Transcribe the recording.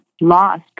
lost